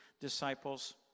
disciples